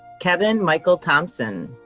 kevin michael thompson.